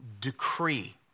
decree